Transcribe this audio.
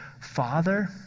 Father